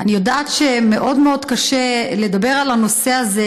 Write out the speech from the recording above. אני יודעת שמאוד מאוד קשה לדבר על הנושא הזה,